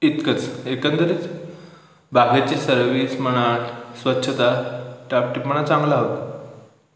इतकंच एकंदरीत बघ्याची सर्विस म्हणा स्वच्छता टापटिप म्हणा चांगला हो